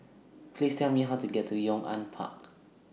Please Tell Me How to get to Yong An Park